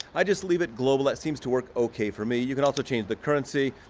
i just leave it global. that seems to work okay, for me. you can also change the currency,